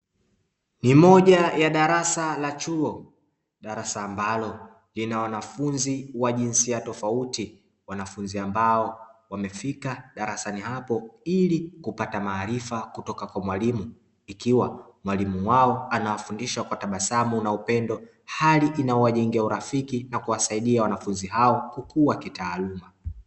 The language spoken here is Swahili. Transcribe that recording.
Ni moja ya darasa la chuo, darasa ambalo lina wanafunzi wa jinsia tofauti, wanafunzi ambao wamefika darasani hapo ili kupata maarifa kutoka kwa mwalimu, ikiwa mwalimu wao anawafundisha kwa tabasamu na upendo, hali inayowajengea urafiki na kuwasaidia wanafunzi hao kukua kitaaluma.